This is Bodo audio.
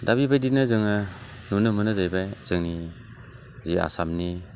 दा बिबादिनो जोङो नुनो मोनो जाहैबाय जोंनि जि आसामनि